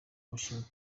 worship